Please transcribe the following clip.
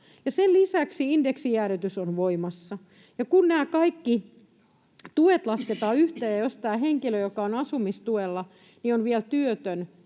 sen lisäksi indeksijäädytys on voimassa. Ja kun nämä kaikki tuet lasketaan yhteen, ja jos tämä henkilö, joka on asumistuella, on vielä työtön,